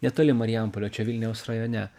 netoli marijampolio čia vilniaus rajone